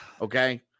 Okay